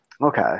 Okay